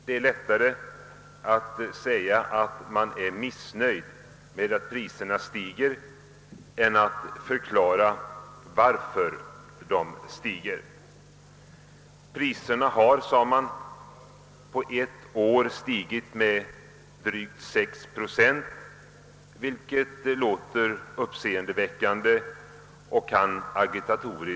Det är lättare att säga att man är missnöjd med att priserna stiger än att förklara varför så sker. Priserna har, sade man, på ett år stigit med drygt 6 procent, vilket låter uppseendeväckande.